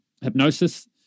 hypnosis